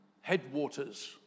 headwaters